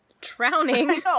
drowning